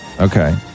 Okay